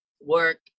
work